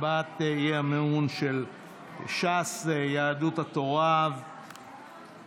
הצעת סיעות ש"ס ויהדות התורה להביע אי-אמון בממשלה לא נתקבלה.